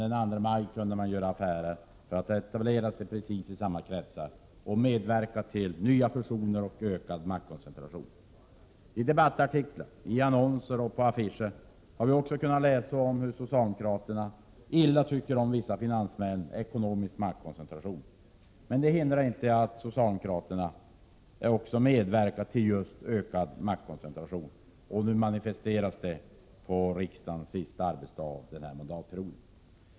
Den 2 maj kunde man göra affärer för att etablera sig i precis samma kretsar och medverka till nya fusioner och ökad maktkoncentration. I debattartiklar, i 89 annonser och på affischer har vi kunnat läsa om hur illa socialdemokraterna tycker om vissa finansmän och ekonomisk maktkoncentration. Det hindrar inte att socialdemokraterna medverkar till just ökad maktkoncentration. Nu manifesteras detta på riksdagens sista arbetsdag under den här mandatperioden.